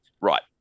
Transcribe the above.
right